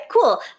cool